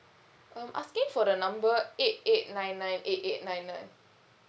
I'm asking for the number eight eight nine nine eight eight nine nine